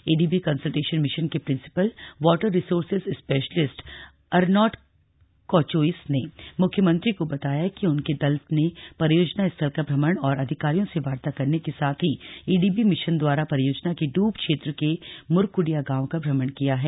ADB consultation mission के principal water resources specialist Arnaud Cochois ने मुख्यमंत्री को बताया कि उनके दल ने परियोजना स्थल का भ्रमण और अधिकारियों से वार्ता करने के साथ ही एडीबी मिशन द्वारा परियोजना के डूब क्षेत्र के मुरकुंडिया गांव का भ्रमण किया है